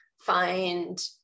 find